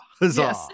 huzzah